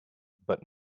but